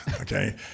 okay